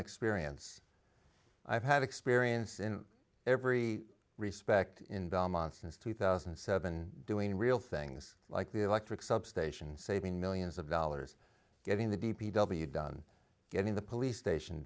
experience i've had experience in every respect in belmont since two thousand and seven doing real things like the electric substation saving millions of dollars getting the d p w done getting the police station